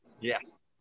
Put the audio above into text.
yes